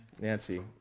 Nancy